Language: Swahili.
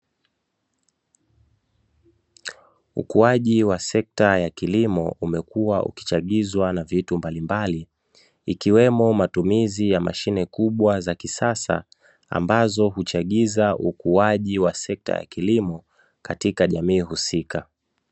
Ukuaji wa sekta ya kilimo umekuwa ukichagizwa na vitu mbalimbali, ikiwemo matumizi ya mashine kubwa za kisasa ambazo huchagiza ukuaji wa sekta ya kilimo katika jamii husika.